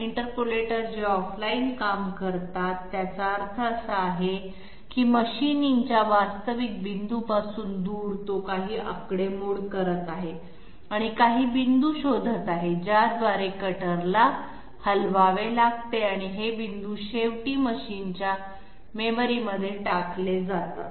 interpolator जे offline काम करत आहे याचा अर्थ असा आहे की मशीनिंगच्या वास्तविक बिंदूपासून दूर तो काही आकडेमोड करत आहे आणि काही बिंदू शोधत आहे ज्याद्वारे कटरला हलवावे लागते आणि हे बिंदू शेवटी मशीनच्या मेमरीमध्ये टाकले जातात